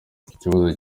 ikibazo